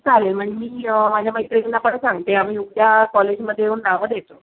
चालेल मग मी माझ्या मैत्रिंना पण सांगते आम्ही उद्या कॉलेजमध्ये येऊन नावं देतो